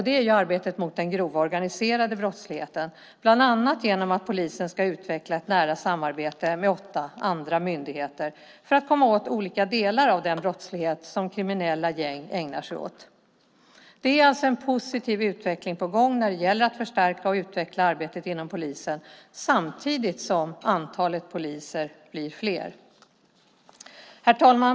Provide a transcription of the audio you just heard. Det är arbetet mot den grova organiserade brottsligheten. Polisen ska bland annat utveckla ett nära samarbete med åtta andra myndigheter för att komma åt olika delar av den brottslighet som kriminella gäng ägnar sig åt. Det är alltså en positiv utveckling på gång när det gäller att förstärka och utveckla arbetet inom polisen samtidigt som antalet poliser blir fler. Herr talman!